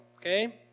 okay